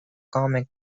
comic